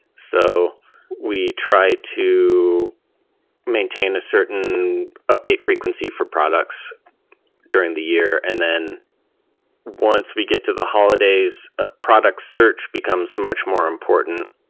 so we try to maintain a certain update frequency for products during the year. and then once we get to the holidays, product search becomes much more important,